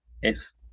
es